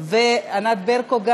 ואין נמנעים.